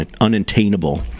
unattainable